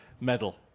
medal